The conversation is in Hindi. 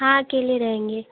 हाँ अकेले रहेंगे